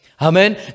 Amen